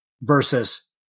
versus